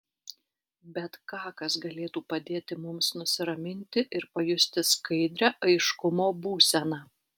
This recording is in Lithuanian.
bet ką kas galėtų padėti mums nusiraminti ir pajusti skaidrią aiškumo būseną